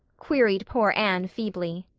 queried poor anne feebly.